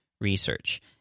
research